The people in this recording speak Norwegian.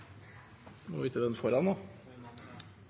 no? Er det ikkje